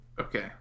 okay